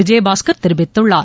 விஜயபாஸ்கள் தெரிவித்துள்ளார்